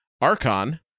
Archon